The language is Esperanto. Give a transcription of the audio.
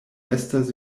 estas